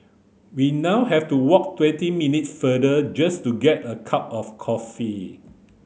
we now have to walk twenty minutes farther just to get a cup of coffee